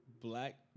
black